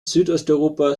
südosteuropa